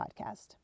Podcast